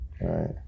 Right